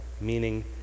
meaning